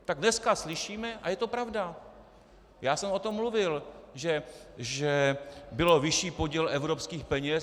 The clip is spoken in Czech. Tak dneska slyšíme, a je to pravda, já jsem o tom mluvil, že byl vyšší podíl evropských peněz.